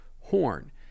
horn